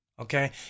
okay